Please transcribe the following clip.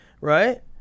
right